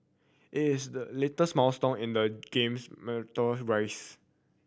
it is the latest milestone in the game's meteoric wise